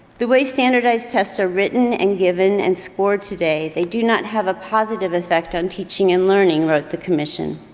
the way standardized tests are written and given and scored today, they do not have a positive effect on teaching and learning, wrote the commission.